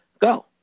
go